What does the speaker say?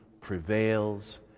prevails